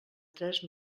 tres